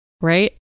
Right